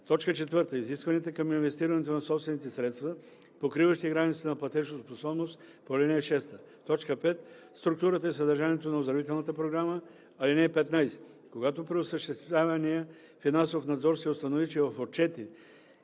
фондове; 4. изискванията към инвестирането на собствените средства, покриващи границата на платежоспособност по ал. 6; 5. структурата и съдържанието на оздравителната програма. (15) Когато при осъществявания финансов надзор се установи, че в отчети